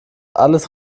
alles